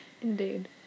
Indeed